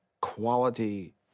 quality